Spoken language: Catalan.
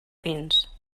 pins